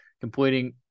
completing